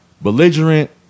belligerent